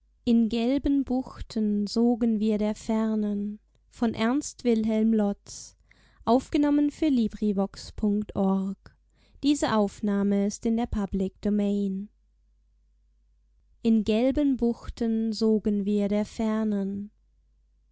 in gelben buchten sogen wir der fernen in gelben buchten sogen wir der fernen